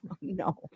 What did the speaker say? no